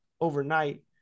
overnight